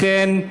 לכן,